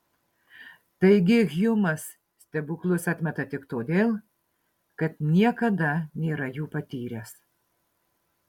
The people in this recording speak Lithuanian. taigi hjumas stebuklus atmeta tik todėl kad niekada nėra jų patyręs